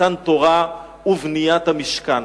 מתן תורה ובניית המשכן.